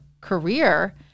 career